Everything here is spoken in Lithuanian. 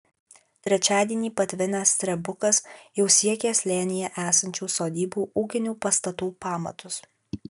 trečiadienį patvinęs strebukas jau siekė slėnyje esančių sodybų ūkinių pastatų pamatus